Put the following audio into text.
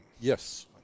Yes